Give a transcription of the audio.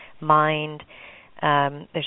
mind—there's